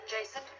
Jason